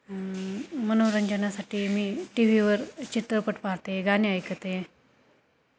मनोरंजनासाठी मी टी व्हीवर चित्रपट पाहते गाणे ऐकते